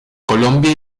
colombia